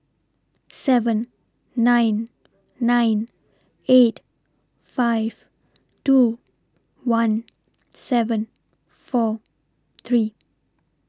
seven nine nine eight five two one seven four three